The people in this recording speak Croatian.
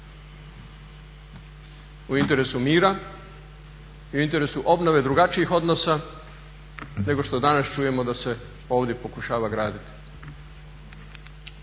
u interesu mira i u interesu obnove drugačijih odnosa nego što danas čujemo da se ovdje pokušava graditi.